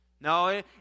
No